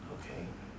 okay